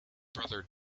brother